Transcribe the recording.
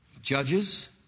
judges